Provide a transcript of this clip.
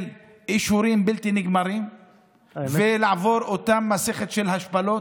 אישורים בלתי נגמרים ולעבור אותה מסכת של השפלות?